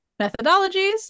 methodologies